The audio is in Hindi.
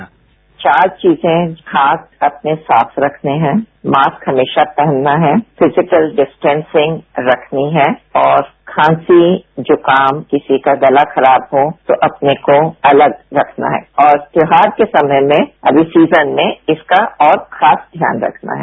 साउंड बाईट चार चीजे हाथ अपने साफ रखने है मास्क हमेशा पहनना है फिजिकल डिस्टेंसिंग रखनी है और खांसी जूखाम किसी का गला खराब हो तो अपने को अलग रखना है और त्योहार के समय में अभी सीजन में इसका और खास ध्यान रखना है